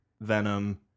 venom